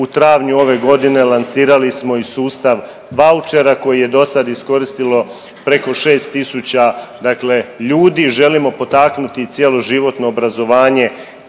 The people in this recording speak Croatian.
U travnju ove godine lansirali smo i sustav vaučera koji je dosada iskoristilo preko 6.000 dakle ljudi, želimo potaknuti cjeloživotno obrazovanje